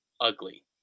ugly